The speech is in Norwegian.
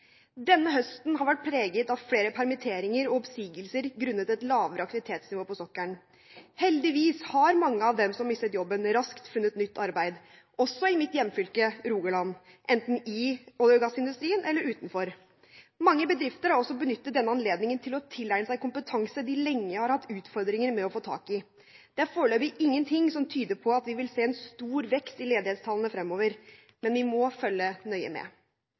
Denne høsten har vært preget av flere permitteringer og oppsigelser grunnet et lavere aktivitetsnivå på sokkelen. Heldigvis har mange av dem som har mistet jobben, raskt funnet nytt arbeid, også i mitt hjemfylke, Rogaland, enten i olje- og gassindustrien eller utenfor. Mange bedrifter har også benyttet denne anledningen til å tilegne seg kompetanse de lenge har hatt utfordringer med å få tak i. Det er foreløpig ingenting som tyder på at vi vil se en stor vekst i ledighetstallene fremover. Men vi må følge nøye med.